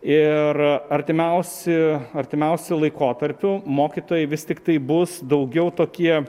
ir artimiausi artimiausiu laikotarpiu mokytojai vis tiktai bus daugiau tokie